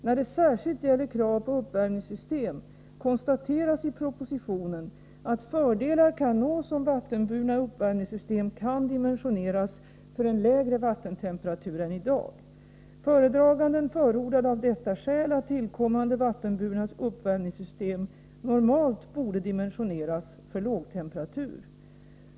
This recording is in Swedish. När det särskilt gäller krav på uppvärmningssystem konstateras i propositionen att fördelar kan nås om vattenburna uppvärmningssystem kan dimensioneras för en lägre vattentemperatur än i dag. Föredraganden förordade av detta skäl att tillkommande vattenburna uppvärmningssystem normalt borde dimensioneras för lågtemperatur.